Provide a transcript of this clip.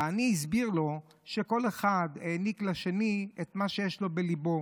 העני הסביר לו שכל אחד העניק לשני את מה שיש לו בליבו,